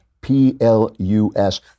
P-L-U-S